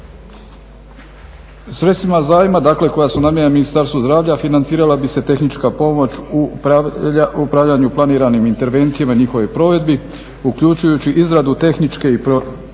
Sredstvima zajma, dakle koja su namijenjena Ministarstvu zdravlja financirala bi se tehnička pomoć u upravljanju planiranim intervencijama i njihovoj provedbi, uključujući izradu tehničke i projektne